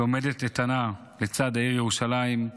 שעומדת איתנה לצד העיר ירושלים,